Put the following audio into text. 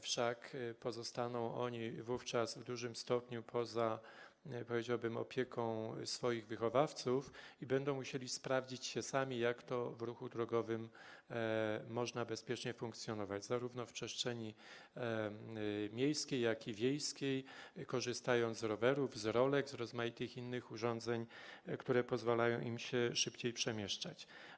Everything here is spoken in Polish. Wszak pozostaną oni wówczas w dużym stopniu poza, powiedziałbym, opieką swoich wychowawców i będą musieli się sprawdzić, pokazać, jak w ruchu drogowym można bezpiecznie funkcjonować, zarówno w przestrzeni miejskiej, jak i wiejskiej, korzystając z rowerów, z rolek, z rozmaitych innych urządzeń, które pozwalają im szybciej się przemieszczać.